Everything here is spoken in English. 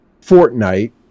Fortnite